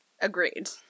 Agreed